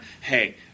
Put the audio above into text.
hey